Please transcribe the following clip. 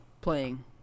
playing